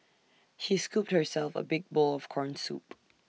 she scooped herself A big bowl of Corn Soup